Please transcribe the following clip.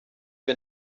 wir